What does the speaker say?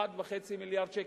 1.5 מיליארד שקל.